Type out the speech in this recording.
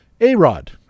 A-Rod